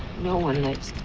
no one lives.